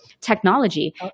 technology